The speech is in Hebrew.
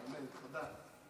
תודה.